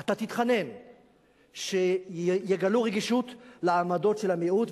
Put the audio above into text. אתה תתחנן שיגלו רגישות לעמדות של המיעוט,